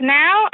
now